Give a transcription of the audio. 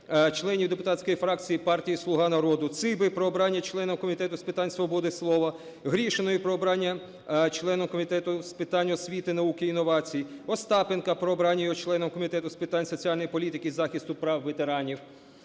членів депутатської фракції партії "Слуга народу": Циби – про обрання членом Комітету з питань свободи слова; Гришиної – про обрання членом Комітету з питань освіти, науки і інновацій; Остапенка – про обрання його членом Комітету з питань соціальної політики та захисту прав ветеранів;